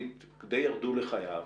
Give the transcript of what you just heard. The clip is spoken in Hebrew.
די ירדו לחייו,